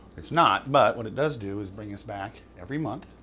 it's not, but what it does do is bring us back every month,